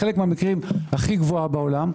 בחלק מהמקרים הכי גבוהה בעולם.